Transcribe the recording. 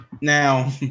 Now